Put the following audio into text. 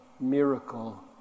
miracle